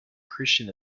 christian